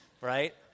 right